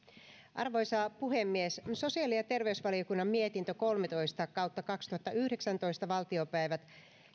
arvoisa puhemies sosiaali ja terveysvaliokunnan mietintö kolmetoista kautta kaksituhattayhdeksäntoista valtiopäivät